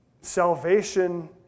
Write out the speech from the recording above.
salvation